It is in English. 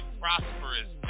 prosperous